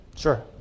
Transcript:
Sure